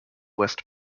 west